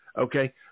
okay